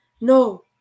no